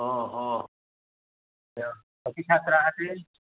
हो हो एवं कति छात्राः असि